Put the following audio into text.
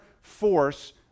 force